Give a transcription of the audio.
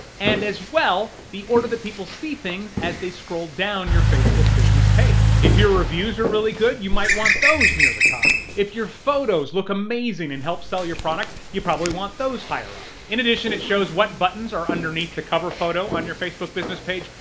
and as well, the order that people see things as they scroll down your facebook business page. if your reviews are really good, you might want those near the top. if your photos look amazing and help sell your product, you probably want those higher up. in addition, it shows what buttons are underneath the cover photo on your facebook business page,